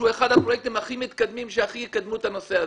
מדובר באחד הפרויקטים שהכי יקדמו את הנושא הזה.